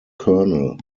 kernel